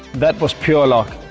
that was pure luck.